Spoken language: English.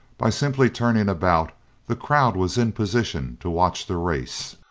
by simply turning about the crowd was in position to watch the race.